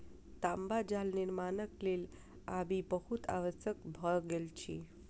तांबा जाल निर्माणक लेल आबि बहुत आवश्यक भ गेल अछि